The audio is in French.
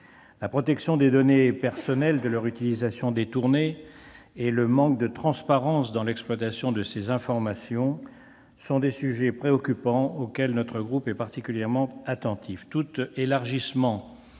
La protection des données personnelles contre leur utilisation détournée et le manque de transparence dans l'exploitation de ces informations sont des sujets préoccupants auxquels mon groupe est particulièrement attentif.